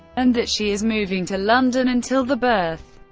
and that she is moving to london until the birth.